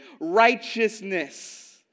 righteousness